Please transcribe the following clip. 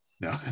no